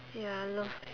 ya I love